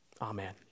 Amen